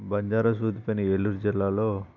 బంజారా సూది పని ఏలూరు జిల్లాలో